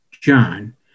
John